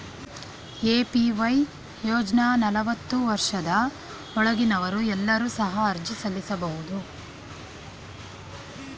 APY ಯೋಜ್ನ ನಲವತ್ತು ವರ್ಷದ ಒಳಗಿನವರು ಎಲ್ಲರೂ ಸಹ ಅರ್ಜಿ ಸಲ್ಲಿಸಬಹುದು